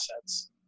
assets